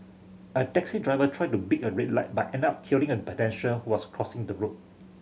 a taxi driver tried to beat a red light but end up killing a who was crossing the road